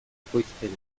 ekoizpena